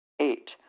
Eight